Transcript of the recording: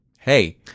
Hey